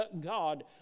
God